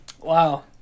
Wow